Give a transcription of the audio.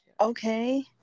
Okay